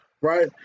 Right